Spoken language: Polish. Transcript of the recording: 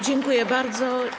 Dziękuję bardzo.